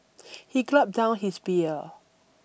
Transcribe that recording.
he gulped down his beer